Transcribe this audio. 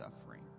suffering